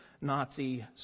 Nazi